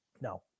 No